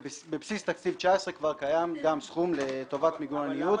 ובבסיס תקציב 19' כבר קיים גם סכום לטובת מיגון הניוד.